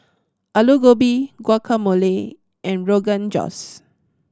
Alu Gobi Guacamole and Rogan Josh